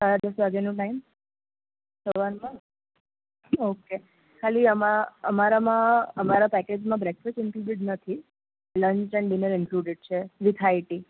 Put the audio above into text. સાડા દસ વાગ્યેનો ટાઈમ સવારના ઓકે ખાલી આમાં અમારામાં અમારા પેકેજમાં બ્રેકફાસ્ટ ઇન્ક્લુડેડ નથી લંચ એન્ડ ડિનર ઇન્ક્લુડેડ છે વિથ હાઇટી